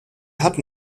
hatte